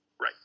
Right